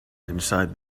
inside